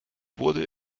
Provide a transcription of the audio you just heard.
wurde